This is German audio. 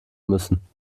müssen